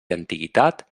antiguitat